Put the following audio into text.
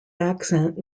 accent